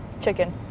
Chicken